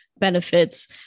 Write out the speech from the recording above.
benefits